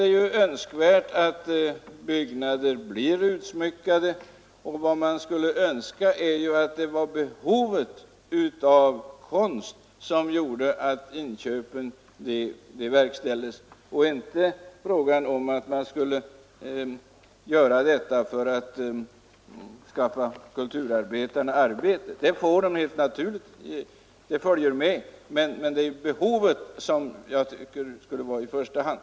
Det är önskvärt att byggnader blir utsmyckade, men man skulle önska att det var behovet av konst som föranledde köp och inte det förhållandet att man vill skapa arbete åt kulturarbetarna. Det följer med automatiskt, men jag tycker behovet skall sättas i första rummet.